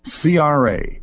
CRA